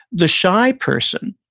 the shy person,